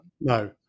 No